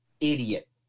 idiot